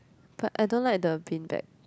but I don't like the bean bag